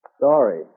Sorry